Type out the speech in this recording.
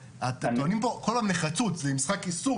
טוענים פה כל הזמן בנחרצות שזה משחק אסור.